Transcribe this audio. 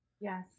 yes